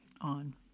on